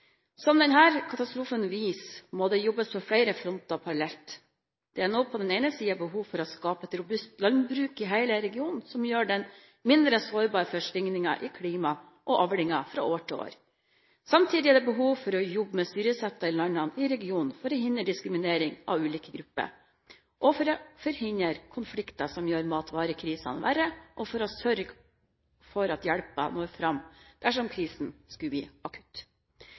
som den vi har sett på Afrikas Horn. Som denne katastrofen viser, må det jobbes på flere fronter parallelt. Det er nå på den ene siden behov for å skape et robust landbruk i hele regionen, som gjør den mindre sårbar for svingninger i klima og avlinger fra år til år. Samtidig er det behov for å jobbe med styresettet i landene i regionen for å hindre diskriminering av ulike grupper, for å forhindre konflikter som gjør matvarekrisen verre, og for å sørge for at hjelpen når fram dersom krisen skulle bli akutt.